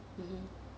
mmhmm